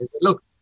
look